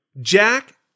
Jack